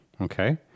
Okay